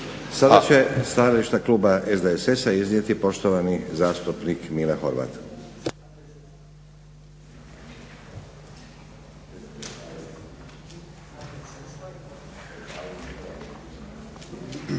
Sada će stajalište kluba SDSS-a iznijeti poštovani zastupnik Mile Horvat.